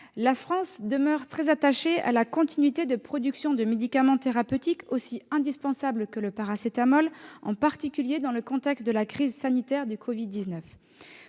La France demeure très attachée à la continuité de la production de médicaments thérapeutiques aussi indispensables que le paracétamol, en particulier dans le contexte de la crise sanitaire du Covid-19.